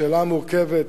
השאלה המורכבת,